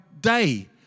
day